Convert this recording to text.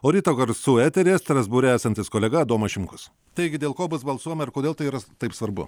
o ryto garsų eteryje strasbūre esantis kolega domas šimkus taigi dėl ko bus balsuojama ir kodėl tai yra taip svarbu